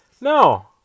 No